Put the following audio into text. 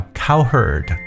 cowherd